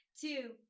two